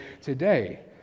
today